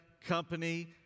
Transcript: company